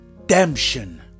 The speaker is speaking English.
Redemption